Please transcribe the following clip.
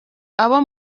abona